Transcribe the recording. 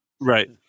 Right